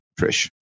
trish